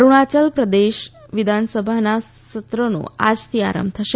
અરૂણાચલપ્રદેશ વિધાનસભાના સત્રનો આજથી આરંભ થશે